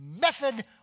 method